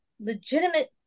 legitimate